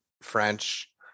French